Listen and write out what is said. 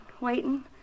waiting